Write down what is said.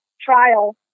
trial